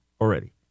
already